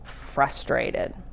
frustrated